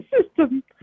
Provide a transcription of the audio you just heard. system